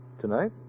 Tonight